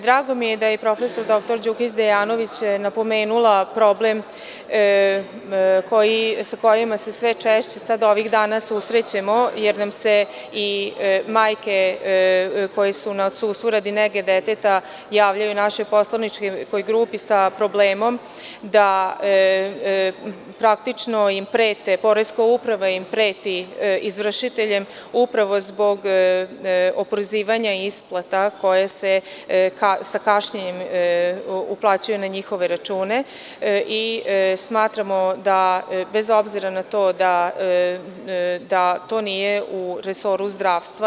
Drago mi je da je prof. dr Đukić Dejanović napomenula problem sa kojima se sve češće sada ovih dana susrećemo jer nam se i majke koje su na odsustvu radi nege deteta javljaju našoj poslaničkoj grupi sa problemom praktično im prete, poreska uprava im preti izvršiteljem upravo zbog prozivanja isplata koje se sa kašnjenjem uplaćuju na njihove račune i smatramo, bez obzira na to, da to nije u resoru zdravstva.